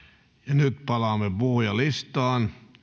nyt palaamme puhujalistaan